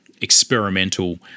experimental